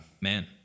man